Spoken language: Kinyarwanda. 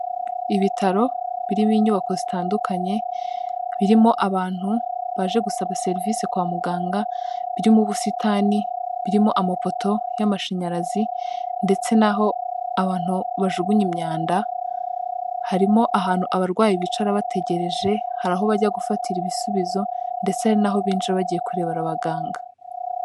Ibitaro biriho inyubako zitandukanye, birimo abantu baje gusaba serivise kwa muganga, birimo ubusitani, birimo amapoto y'amashanyarazi, ndetse naho abantu bajugunya imyanda; harimo ahantu abarwayi bicara bategereje, hari aho bajya gufatira ibisubizo ndetse hari n'aho binjira bagiye kurebera abaganga.